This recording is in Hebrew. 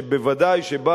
שבוודאי שבה,